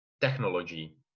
technology